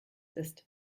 ist